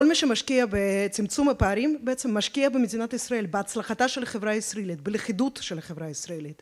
כל מה שמשקיע בצמצום הפערים בעצם משקיע במדינת ישראל, בהצלחתה של החברה הישראלית, בלכידות של החברה הישראלית